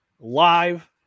live